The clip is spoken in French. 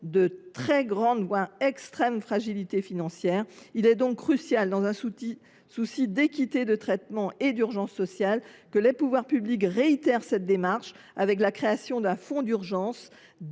en situation d’extrême fragilité financière. Il est donc crucial, dans un souci d’équité de traitement et d’urgence sociale, que les pouvoirs publics réitèrent cette démarche en créant un fonds d’urgence